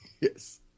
Yes